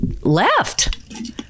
left